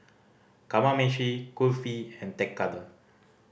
Kamameshi Kulfi and Tekkadon